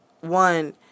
One